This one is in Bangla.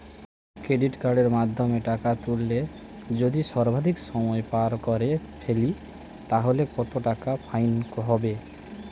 ক্রেডিট কার্ডের মাধ্যমে টাকা তুললে যদি সর্বাধিক সময় পার করে ফেলি তাহলে কত টাকা ফাইন হবে?